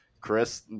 Chris